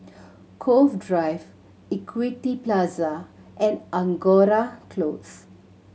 Cove Drive Equity Plaza and Angora Close